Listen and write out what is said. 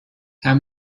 how